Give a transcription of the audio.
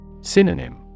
Synonym